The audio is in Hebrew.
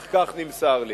אך כך נמסר לי.